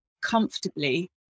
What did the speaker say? comfortably